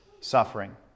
suffering